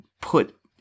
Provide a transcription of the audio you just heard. put